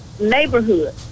neighborhood